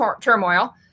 turmoil